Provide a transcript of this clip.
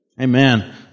Amen